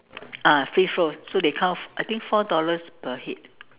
ah free flow so they count I think four dollars per head